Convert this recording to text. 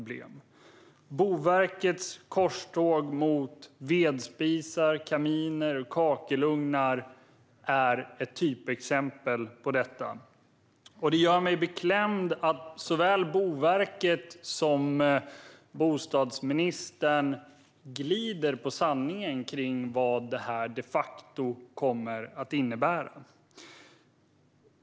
Boverkets korståg mot vedspisar, kaminer och kakelugnar är ett typexempel på detta. Det gör mig beklämd att såväl Boverket som bostadsministern glider på sanningen kring vad detta de facto kommer att innebära.